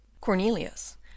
Cornelius